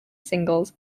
singles